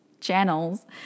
channels